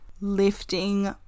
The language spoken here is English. Lifting